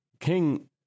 King